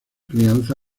crianza